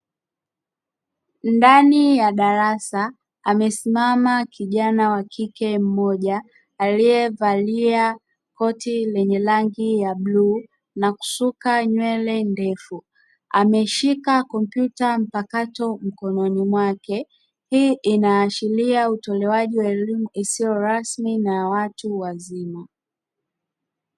Ndani ya darasa amesimama kijana wa kike mmoja aliyevalia koti lenye rangi ya bluu na kusuka nywele ndefu ameshika kompyuta mpakato mkononi mwake, hii inashiria utolewaji wa elimu isiyo rasmi na ya watu wazima.